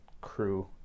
crew